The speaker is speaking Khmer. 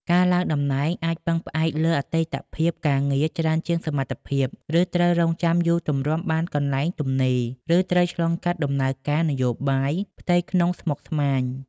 ការឡើងតំណែងអាចពឹងផ្អែកលើអតីតភាពការងារច្រើនជាងសមត្ថភាព ឬត្រូវរង់ចាំយូរទម្រាំមានកន្លែងទំនេរ ឬត្រូវឆ្លងកាត់ដំណើរការនយោបាយផ្ទៃក្នុងស្មុគស្មាញ។